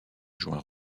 joint